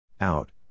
Out